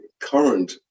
current